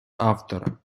автора